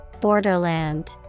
Borderland